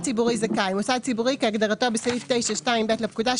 "מוסד ציבורי זכאי" מוסד ציבורי כהגדרתו בסעיף 9(2)(ב) לפקודה,